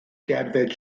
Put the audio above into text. gerdded